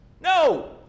No